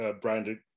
branded